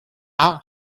banni